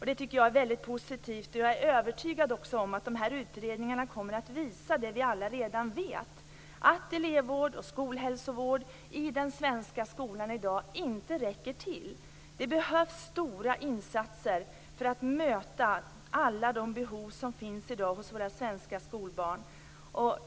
Det är mycket positivt, och jag är övertygad om att dessa utredningar kommer att visa det vi alla redan vet, dvs. att elevvård och skolhälsovård i den svenska skolan i dag inte räcker till. Det behövs stora insatser för att möta alla de behov som finns hos våra svenska skolbarn.